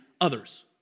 others